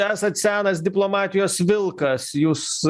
esat senas diplomatijos vilkas jūs